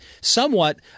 somewhat